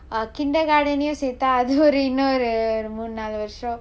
ah kindergarden ஐயும் சேர்த்தா அது ஒரு இன்னொரு மூணு நாலு வருஷம்:aiyum sertha athu oru innoru moonu naalu varusham